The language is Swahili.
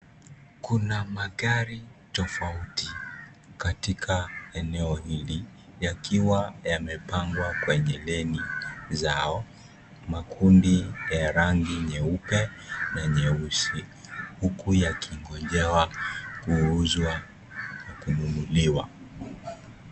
Kuna magari tofauti katika eneo hili yakiwa yamepangwa kwenye deni zao. Makundi ya rangi nyeupe na nyeusi. Huku yaking'ojewa kuuzwa na kununuliwa.